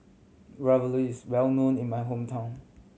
Ravioli is well known in my hometown